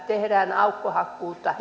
tehdään aukkohakkuuta